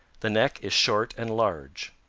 the neck is short and large.